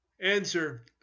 Answer